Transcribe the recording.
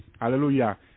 Hallelujah